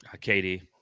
Katie